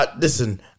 Listen